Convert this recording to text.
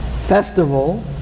festival